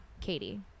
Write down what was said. Katie